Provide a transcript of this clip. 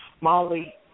Molly